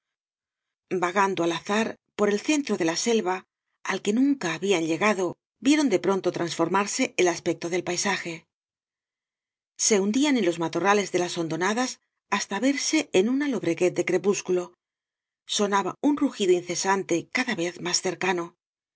vagando al azar por el centro de la selva al que nunca habían llegado vieron de pronto transformarse el aspecto del paisaje se hundían en los matorrales de las hondonadas hasta verse en una lobreguez de crepúsculo sanaba un rugido incesante cada vez más cercano